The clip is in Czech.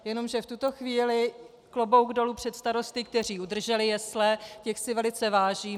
Jenomže v tuto chvíli klobouk dolů před starosty, kteří udrželi jesle, těch si velice vážím.